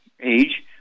age